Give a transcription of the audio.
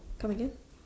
come again